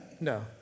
no